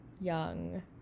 young